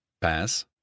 Pass